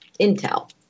intel